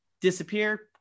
Disappear